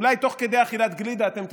אולי תוך כדי אכילת גלידה אתם תיזכרו.